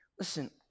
Listen